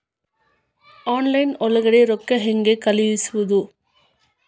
Online ಒಳಗಡೆ ರೊಕ್ಕ ಹೆಂಗ್ ಕಳುಹಿಸುವುದು?